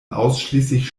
ausschließlich